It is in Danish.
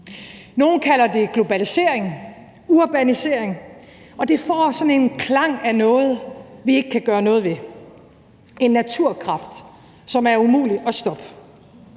Nogle kalder det globalisering, urbanisering, og det får sådan en klang af noget, vi ikke kan gøre noget ved – en naturkraft, som er umulig at stoppe.